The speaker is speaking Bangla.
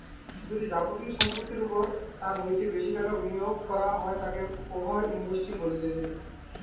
যদি যাবতীয় সম্পত্তির ওপর তার হইতে বেশি টাকা বিনিয়োগ করা হয় তাকে ওভার ইনভেস্টিং বলতিছে